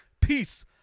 Peace